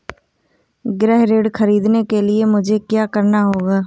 गृह ऋण ख़रीदने के लिए मुझे क्या करना होगा?